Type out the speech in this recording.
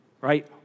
right